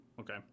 Okay